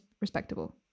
respectable